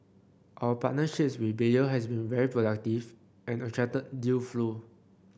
our partnership with Bayer has been very productive and attracted deal flow